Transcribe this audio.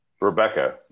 Rebecca